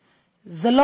עלייך.